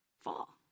fall